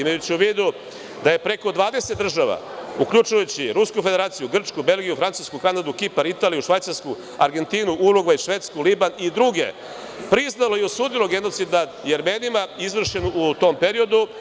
Imajući u vidu da je preko 20 država, uključujući Rusku Federaciju, Grčku, Belgiju, Francusku, Kanadu, Kipar, Italiju, Švajcarsku, Argentinu, Urugvaj, Švedsku, Liban i druge, priznalo i osudilo genocid nad Jermenima, izvršen u tom periodu.